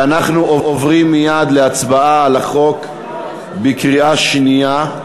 ואנחנו עוברים מייד להצבעה על החוק בקריאה שנייה.